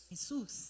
Jesus